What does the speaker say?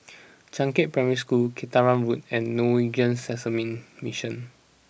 Changkat Primary School Kinta Road and Norwegian Seamen's Mission